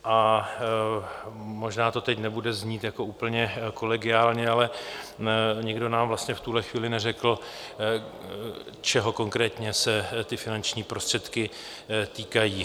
A možná to teď nebude znít jako úplně kolegiálně, ale nikdo nám vlastně v tuhle chvíli neřekl, čeho konkrétně se ty finanční prostředky týkají.